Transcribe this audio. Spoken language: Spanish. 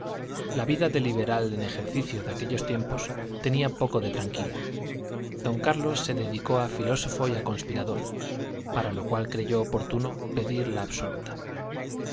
la vida de liberal en ejercicio de aquellos tiempos tenía poco de tranquila don carlos se dedicó a filósofo y a conspirador para lo cual creyó oportuno pedir la absoluta